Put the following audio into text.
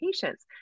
patients